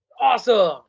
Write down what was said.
awesome